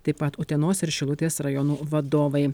taip pat utenos ir šilutės rajonų vadovai